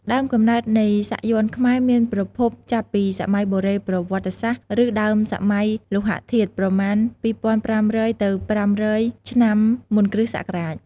ដើមកំណើតនៃសាក់យ័ន្តខ្មែរមានប្រភពចាប់ពីសម័យបុរេប្រវត្តិសាស្ត្រឬដើមសម័យលោហធាតុ ប្រមាណ ២៥០០ ទៅ ៥០០ ឆ្នាំមុនគ្រិស្តសករាជ។